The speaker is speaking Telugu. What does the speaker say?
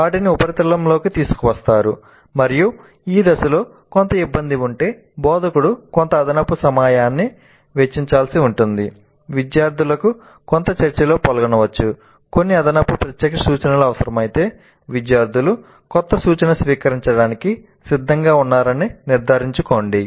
వాటిని ఉపరితలంలోకి తీసుకువస్తారు మరియు ఈ దశలో కొంత ఇబ్బంది ఉంటే బోధకుడు కొంత అదనపు సమయాన్ని వెచ్చించవలసి ఉంటుంది విద్యార్థులను కొంత చర్చలో పాల్గొనవచ్చు కొన్ని అదనపు ప్రత్యక్ష సూచనలు అవసరమైతే విద్యార్థులు కొత్త సూచన స్వీకరించడానికి సిద్ధంగా ఉన్నారని నిర్ధారించుకోండి